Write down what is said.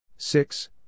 Six